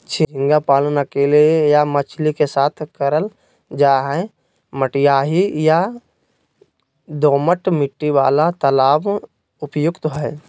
झींगा पालन अकेले या मछली के साथ करल जा हई, मटियाही या दोमट मिट्टी वाला तालाब उपयुक्त हई